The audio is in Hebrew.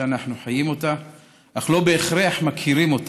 שאנחנו חיים אותה אך לא בהכרח מכירים אותה.